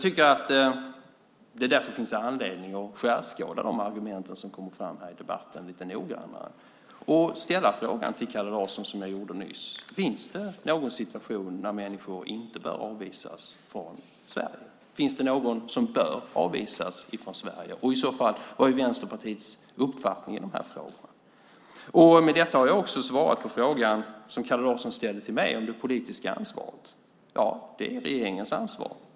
Det finns därför anledning att skärskåda de argument som kommer fram i debatten lite noggrannare och ställa frågan till Kalle Larsson som jag gjorde nyss: Finns det någon situation när människor inte bör avvisas från Sverige? Finns det någon som bör avvisas från Sverige? Vad är i så fall Vänsterpartiets uppfattning i de frågorna? Med detta har jag också svarat på frågan som Kalle Larsson ställde till mig om det politiska ansvaret. Ja, de här frågorna är regeringens ansvar.